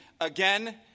again